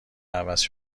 عوضی